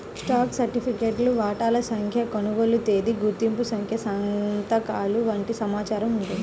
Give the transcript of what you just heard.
stock సర్టిఫికేట్లో వాటాల సంఖ్య, కొనుగోలు తేదీ, గుర్తింపు సంఖ్య సంతకాలు వంటి సమాచారం ఉంటుంది